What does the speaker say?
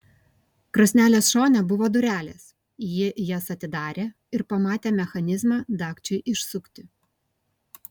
krosnelės šone buvo durelės ji jas atidarė ir pamatė mechanizmą dagčiui išsukti